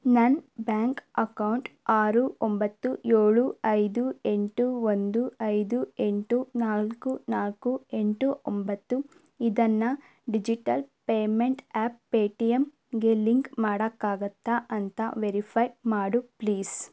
ನನ್ನ bank account ಆರು ಒಂಬತ್ತು ಏಳು ಐದು ಎಂಟು ಒಂದು ಐದು ಎಂಟು ನಾಲ್ಕು ನಾಲ್ಕು ಎಂಟು ಒಂಬತ್ತು ಇದನ್ನು ಡಿಜಿಟಲ್ ಪೇಮೆಂಟ್ ಆ್ಯಪ್ ಪೇ ಟಿ ಎಮ್ಗೆ ಲಿಂಕ್ ಮಾಡೋಕ್ಕಾಗುತ್ತಾ ಅಂತ ವೆರಿಫೈ ಮಾಡು ಪ್ಲೀಸ್